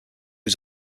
was